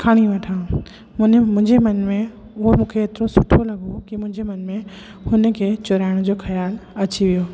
खणी वठां हुन मुंहिंजे मन में उहो मूंखे एतिरो सुठो लॻो की मुंहिंजे मन में हुन खे चुराइण जो ख़्यालु अची वियो